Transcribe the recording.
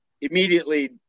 immediately